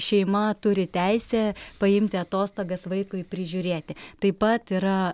šeima turi teisę paimti atostogas vaikui prižiūrėti taip pat yra